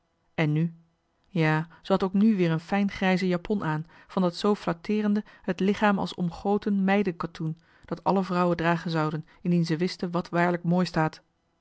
en nu ja ze had ook nu weer een fijn grijze japon aan van dat zoo flatteerende t lichaam als omgoten meidenkatoen dat alle vrouwen dragen zouden indien ze wisten wat waarlijk mooi staat